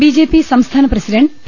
BJP സംസ്ഥാന president P